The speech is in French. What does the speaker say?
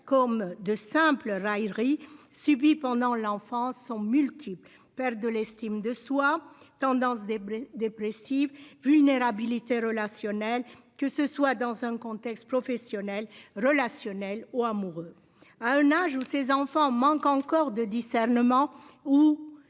comme de simples rêveries subies pendant l'enfance sont multiples, perte de l'estime de soi tendance dépressive vulnérabilité relationnel, que ce soit dans un contexte professionnel relationnel ou amoureux à un âge où ses enfants manquent encore de discernement ou